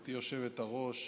גברתי היושבת-ראש,